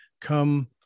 come